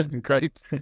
Great